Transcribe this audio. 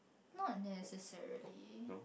not necessarily